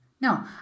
no